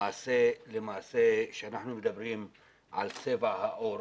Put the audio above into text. למעשה כשאנחנו מדברים על צבע העור,